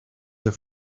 the